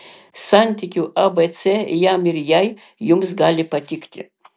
santykių abc jam ir jai jums gali patikti